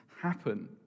happen